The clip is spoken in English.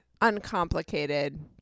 uncomplicated